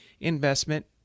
investment